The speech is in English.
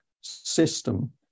system